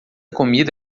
comida